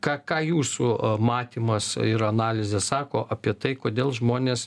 ką ką jūsų matymas ir analizė sako apie tai kodėl žmonės